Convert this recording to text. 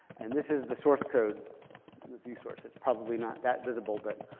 and this is the source code view source, it's probably not that visible. but